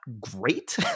great